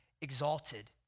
exalted